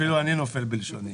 אפילו אני נופל בלשוני.